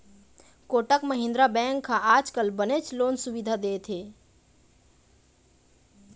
Kotak Mahindra bank ह आजकाल बनेच लोन सुबिधा देवत हे